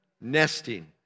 Nesting